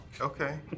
Okay